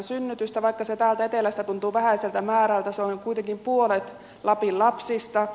vaikka se täältä etelästä tuntuu vähäiseltä määrältä se on kuitenkin puolet lapin lapsista